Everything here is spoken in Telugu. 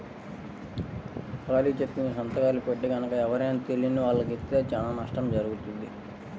ఖాళీ చెక్కుమీద సంతకాలు పెట్టి గనక ఎవరైనా తెలియని వాళ్లకి ఇస్తే చానా నష్టం జరుగుద్ది